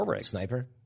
sniper